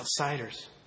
outsiders